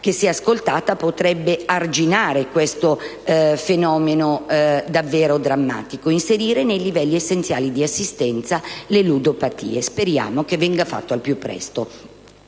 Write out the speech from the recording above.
che, se accolta, potrebbe arginare questo fenomeno davvero drammatico: inserire nei livelli essenziali di assistenza le ludopatie. Speriamo che venga fatto al più presto.